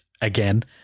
again